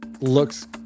looks